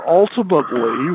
ultimately